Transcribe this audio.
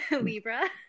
Libra